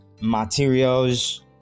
materials